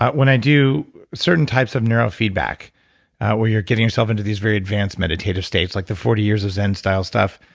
when i do certain types of neurofeedback where you're getting yourself into these very advanced meditative states, like the forty years of zen style stuff,